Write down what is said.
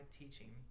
teaching